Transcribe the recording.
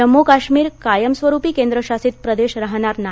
जम्मू काश्मीर कायमस्वरुपी केंद्रशासित प्रदेश राहणार नाही